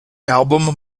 album